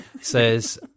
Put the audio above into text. says